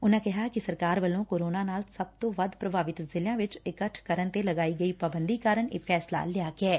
ਉਨਾਂ ਦੱਸਿਆ ਕਿ ਸਰਕਾਰ ਵੱਲੋਂ ਕੋਰੋਨਾ ਨਾਲ ਸਭ ਤੋਂ ਵੱਧ ਪ੍ਰਭਾਵਿਤ ਜ਼ਿਲਿਆਂ ਵਿਚ ਇਕੱਠ ਕਰਨ 'ਤੇ ਲਗਾਈ ਗਈ ਪਾਬੰਦੀ ਕਾਰਨ ਇਹ ਫ਼ੈਸਲਾ ਲਿਆ ਗਿਐ